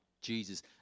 Jesus